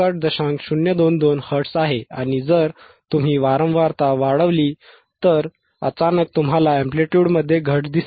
022 hertz आहे आणि जर तुम्ही वारंवारता वाढवली तर अचानक तुम्हाला एंप्लिट्युडमध्ये घट दिसेल